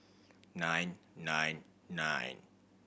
nine nine nine